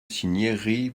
cinieri